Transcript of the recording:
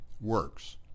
works